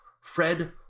Fred